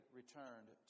returned